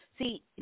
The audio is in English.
See